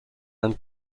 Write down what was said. and